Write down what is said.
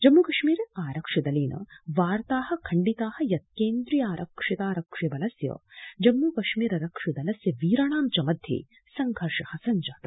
जम्मू कश्मीर रक्षिदलेन वार्ता खण्डिता यत् केन्द्रीयारक्षिबलस्य जम्म कश्मीर रक्षि दलस्य वीराणां च मध्ये संघर्ष सब्जात